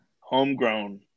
Homegrown